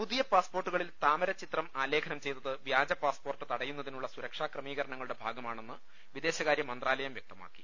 പുതിയ പാസ്പോർട്ടുകളിൽ താമരചിത്രം ആലേഖനം ചെയ്തത് വ്യാജപാസ്പോർട്ട് തടയുന്നതിനുള്ള സുരക്ഷാ ക്രമീ കരണങ്ങളുടെ ഭാഗമാണെന്ന് വിദേശകാര്യമന്ത്രാലയം വ്യക്തമാ ക്കി